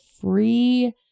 free